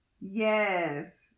yes